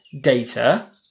data